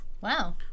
Wow